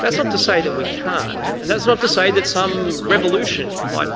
that's not to say that we can't and that's not to say that some revolution might